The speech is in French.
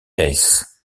hesse